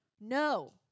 No